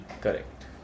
Correct